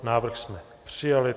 Návrh jsme přijali.